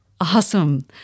Awesome